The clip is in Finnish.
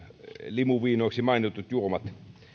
limuviinoiksi mainitut juomat